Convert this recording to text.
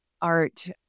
art